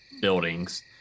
buildings